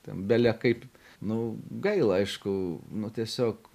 bele kaip nu gaila aišku nu tiesiog